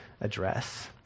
address